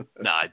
No